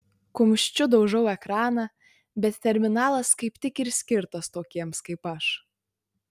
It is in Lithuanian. kumščiu daužau ekraną bet terminalas kaip tik ir skirtas tokiems kaip aš